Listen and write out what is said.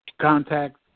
contact